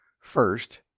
First